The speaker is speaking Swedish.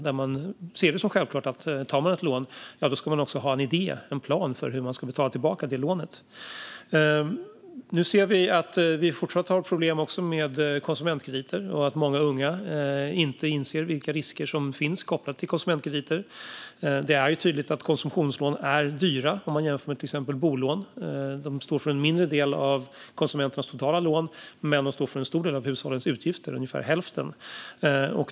Man ser det nu som självklart att man ska ha en idé och en plan för hur man ska betala tillbaka om man tar ett lån. Vi ser att det fortfarande finns problem med konsumentkrediter. Många unga inser inte vilka risker som finns kopplade till konsumentkrediter. Det är tydligt att konsumtionslån är dyra om man jämför med exempelvis bolån. De står för en mindre del av konsumenternas totala lån, men de står för en stor del - ungefär hälften - av hushållens utgifter.